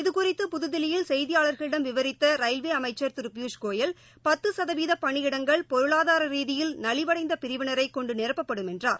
இது குறித்து புதுதில்லியில் செய்தியாளர்களிடம் விவரித்த ரயில்வே அமைச்சர் திரு பியூஷ் கோயல் பத்து சதவீத பணியிடங்கள் பொருளாதார ரீதியில் நலிவடைந்த பிரிவினரை கொண்டு நீரப்பப்படும் என்றார்